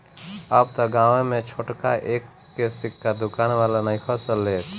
अब त गांवे में छोटका एक के सिक्का दुकान वाला नइखन सन लेत